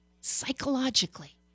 psychologically